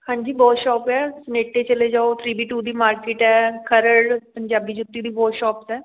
ਹਾਂਜੀ ਬਹੁਤ ਸ਼ੋਪ ਹੈ ਸਨੇਟੇ ਚਲੇ ਜਾਓ ਥ੍ਰੀ ਵੀ ਟੂ ਦੀ ਮਾਰਕੀਟ ਹੈ ਖਰੜ ਪੰਜਾਬੀ ਜੁੱਤੀ ਦੀ ਬਹੁਤ ਸ਼ੋਪਸ ਹੈ